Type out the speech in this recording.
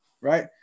Right